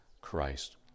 Christ